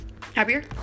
Happier